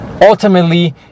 Ultimately